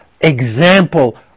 example